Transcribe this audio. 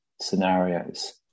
scenarios